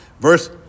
Verse